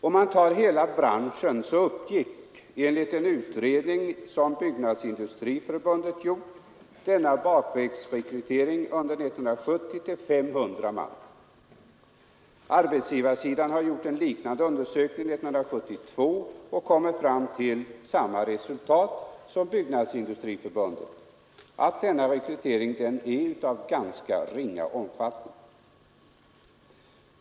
För hela branschen uppgick, enligt en utredning som Byggnadsindustriförbundet gjort, bakvägsrekryteringen under år 1970 till 500 man. Arbetsgivarsidan har gjort en liknande undersökning 1972 och kommit fram till samma resultat som Byggnadsindustriförbundet, nämligen att denna rekrytering är av ganska ringa omfattning.